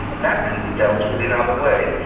and that can be dealt with in other ways.